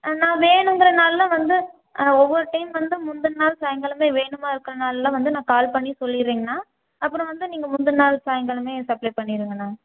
ஆ நான் வேணுங்கிற நாளில் வந்து ஆ ஒவ்வொரு டைம் வந்து முந்தின நாள் சாங்காலமே வேணுமா இருக்கிற நாளெலாம் வந்து நான் கால் பண்ணி சொல்லிடுறேங்ண்ணா அப்புறம் வந்து நீங்கள் முந்தின நாள் சாங்காலமே சப்ளை பண்ணிவிடுங்கண்ணா